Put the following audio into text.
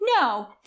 No